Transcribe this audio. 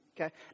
Okay